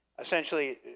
Essentially